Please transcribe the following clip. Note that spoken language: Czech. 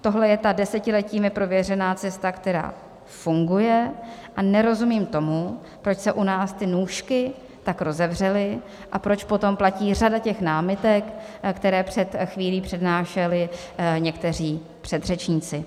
Tohle je ta desetiletími prověřená cesta, která funguje, a nerozumím tou, proč se u nás ty nůžky tak rozevřely a proč potom platí řada námitek, které před chvílí přednášeli někteří předřečníci.